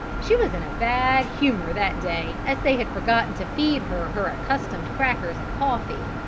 she was in a bad humor that day as they had forgotten to feed her her accustomed crackers and coffee.